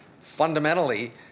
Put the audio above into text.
Fundamentally